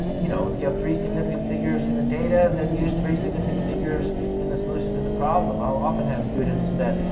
you know if you have three significant figures in the data then use three significant figures in the solution to the problem. i'll often have students that,